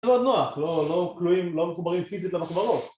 זה עוד נוח, לא מחוברים פיזית למחברות